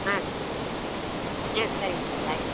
ஆ சேரிங்க ஆ சேரிங்க சார் தேங்க்யூ